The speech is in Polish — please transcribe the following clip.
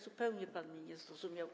Zupełnie pan mnie nie zrozumiał.